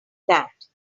that